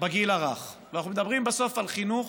בגיל הרך, ואנחנו מדברים בסוף על חינוך